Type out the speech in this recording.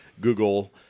google